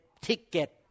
ticket